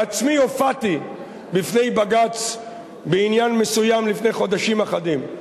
בעצמי הופעתי בפני בג"ץ בעניין מסוים לפני חודשים אחדים.